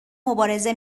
مبارزه